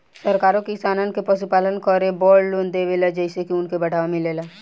सरकारो किसानन के पशुपालन करे बड़ लोन देवेले जेइसे की उनके बढ़ावा मिलेला